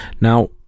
Now